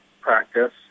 practice